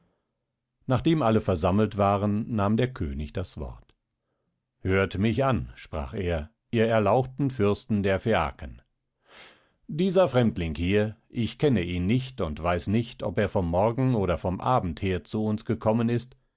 nachdem alle versammelt waren nahm der könig das wort hört mich an sprach er ihr erlauchten fürsten der phäaken dieser fremdling hier ich kenne ihn nicht und weiß nicht ob er vom morgen oder vom abend her zu uns gekommen ist